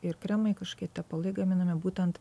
ir kremai kažkokie tepalai gaminami būtent